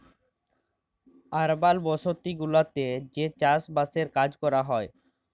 আরবাল বসতি গুলাতে যে চাস বাসের কাজ ক্যরা হ্যয়